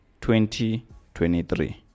2023